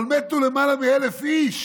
אבל מתו למעלה מ-1,000 איש.